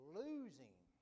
losing